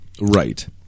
Right